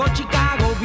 Chicago